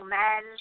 men